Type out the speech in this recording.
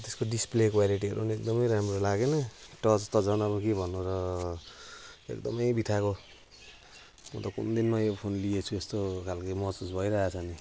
त्यसको डिस्प्ले क्वालिटीहरू नि एकदमै राम्रो लागेन टच त झन् अब के भन्नु र एकदमै बित्थाको म त कुन दिनमा यो फोन लिएँछु यस्तो खालको महसुस भइराखेको छ नि